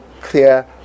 clear